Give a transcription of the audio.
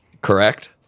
Correct